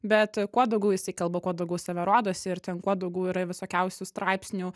bet kuo daugiau jisai kalba kuo daugiau save rodosi ir ten kuo daugiau yra visokiausių straipsnių